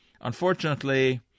Unfortunately